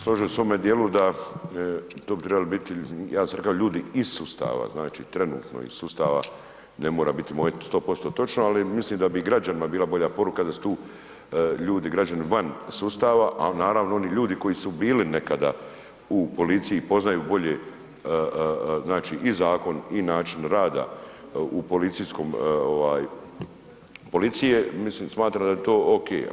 Slažem se u ovome dijelu da, to bi trebali biti, ja sam rekao ljudi iz sustava, znači, trenutno iz sustava, ne mora biti moje 100% točno, ali mislim da bi građanima bila bolja poruka da su tu ljudi, građani, van sustava, a naravno oni ljudi koji su bili nekada u policiji, poznaju bolje, znači, i zakon i način rada u policijskom ovaj, policije, mislim, smatram da je to okej.